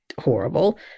horrible